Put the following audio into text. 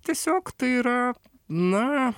tiesiog tai yra na